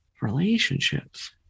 relationships